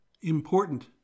Important